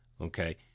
okay